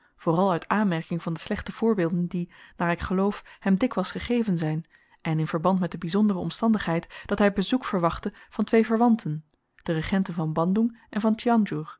vooral uit aanmerking van de slechte voorbeelden die naar ik geloof hem dikwyls gegeven zyn en in verband met de byzondere omstandigheid dat hy bezoek verwachtte van twee verwanten de regenten van bandoeng en van